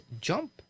jump